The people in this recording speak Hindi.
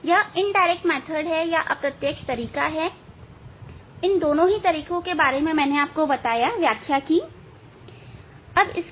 यह अप्रत्यक्ष तरीका है मैंने दोनों प्रयोगों की व्याख्या की हैं